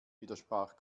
widersprach